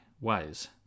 ways